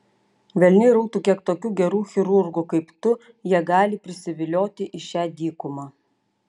velniai rautų kiek tokių gerų chirurgų kaip tu jie gali prisivilioti į šią dykumą